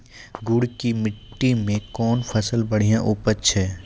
गुड़ की मिट्टी मैं कौन फसल बढ़िया उपज छ?